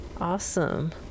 awesome